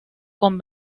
con